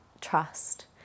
trust